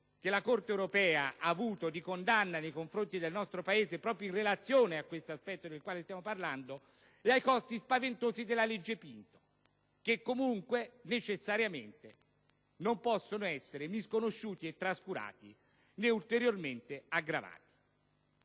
della Corte europea di condanna nei confronti del nostro Paese, proprio in relazione a questo aspetto del quale stiamo parlando e ai costi spaventosi della legge Pinto, che comunque necessariamente non possono essere misconosciuti e trascurati, né ulteriormente aggravati.